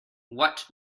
what